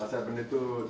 pasal benda tu